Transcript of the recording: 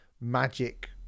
magic